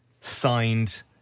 signed